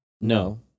No